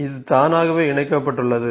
இது தானாகவே இணைக்கப்பட்டுள்ளது